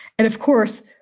and of course,